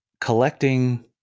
collecting